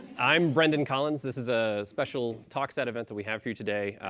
i'm brendan collins. this is ah special talks at event that we have for you today.